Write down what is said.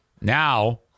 Now